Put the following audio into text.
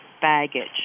baggage